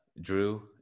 Drew